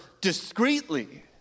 discreetly